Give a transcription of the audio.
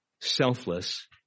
selfless